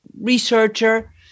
researcher